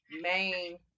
main